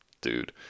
dude